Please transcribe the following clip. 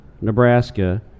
Nebraska